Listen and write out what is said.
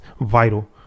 vital